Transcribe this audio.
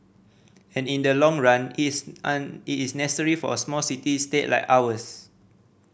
and in the long run it's an it's necessary for a small city state like ours